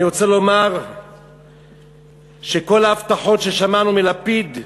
אני רוצה לומר שכל ההבטחות ששמענו מלפיד,